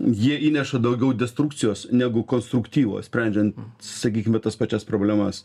jie įneša daugiau destrukcijos negu konstruktyvų sprendžiant sakykime tas pačias problemas